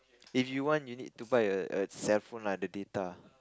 if you want you need to buy a a cellphone lah the data